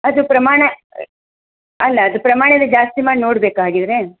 ಅದು ಪ್ರಮಾಣ ಅಲ್ಲ ಅದು ಪ್ರಮಾಣನೆ ಜಾಸ್ತಿ ಮಾಡಿ ನೋಡಬೇಕಾ ಹಾಗಿದ್ದರೆ